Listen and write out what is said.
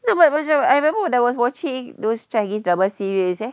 no but macam I remember when I was watching those chinese drama series eh